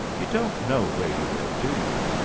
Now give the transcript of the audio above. you don't know where you live, do you?